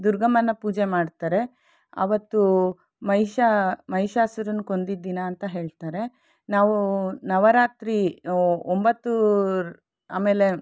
ದುರ್ಗಮ್ಮನ ಪೂಜೆ ಮಾಡ್ತಾರೆ ಆವತ್ತು ಮಹಿಷ ಮಹಿಷಾಸುರನ ಕೊಂದ ದಿನ ಅಂತ ಹೇಳ್ತಾರೆ ನಾವು ನವರಾತ್ರಿ ಒಂಬತ್ತು ಆಮೇಲೆ